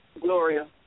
Gloria